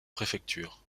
préfecture